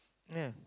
ya